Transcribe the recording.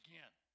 Again